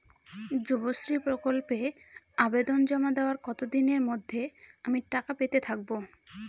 যুবশ্রী প্রকল্পে আবেদন জমা দেওয়ার কতদিনের মধ্যে আমি টাকা পেতে থাকব?